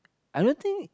I don't think